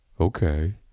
Okay